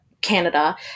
Canada